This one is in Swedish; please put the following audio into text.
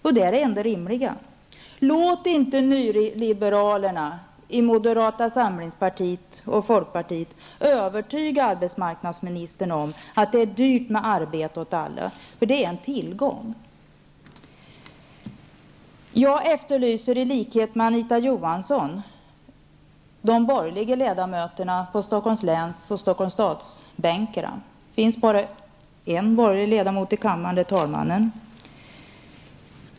Det är det enda rimliga. Låt inte nyliberalerna i moderata samlingspartiet och folkpartiet övertyga arbetsmarknadsministern om att det är dyrt med arbete åt alla, för det är en tillgång! Jag efterlyser i likhet med Anita Johansson de borgerliga ledamöterna på Stockholmsläns och Stockholmsstadsbänkarna. Det finns bara en borgerlig ledamot i kammaren, och det är talmannen.